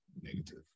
negative